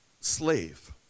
slave